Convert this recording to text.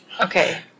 Okay